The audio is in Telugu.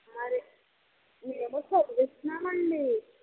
మరి మేము ఏమో చదివిస్తున్నాము అండి